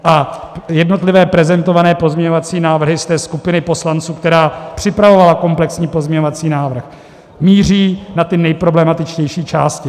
A jednotlivé prezentované pozměňovací návrhy ze skupiny poslanců, která připravovala komplexní pozměňovací návrh, míří na ty nejproblematičtější části.